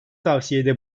tavsiyede